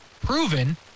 proven